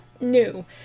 new